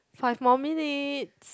five more minutes